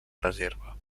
reserva